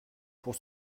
pour